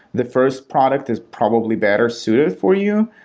the first product is probably better suited for you.